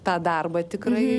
tą darbą tikrai